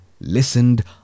listened